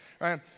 right